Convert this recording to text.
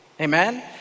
Amen